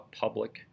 public